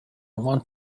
want